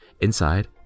Inside